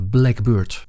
Blackbird